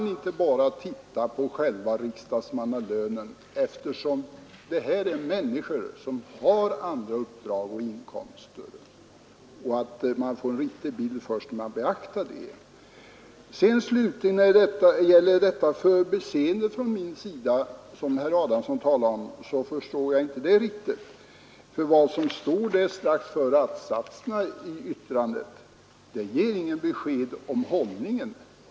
Jag betonade tvärtom i mitt anförande att man inte bara kan se på riksdagsmannaarvodet, eftersom det är fråga om förtroendemän, som har andra uppdrag och inkomster, och att man först när man beaktar detta kan få en riktig bild av läget. Jag förstod slutligen inte riktigt det som herr Adamsson sade om ett förbiseende från min sida. Det som framhålles strax före att-satserna ger inga besked om förvaltningsstyrelsens hållning i frågan om statsanställdas arbetsfria lön.